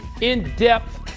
in-depth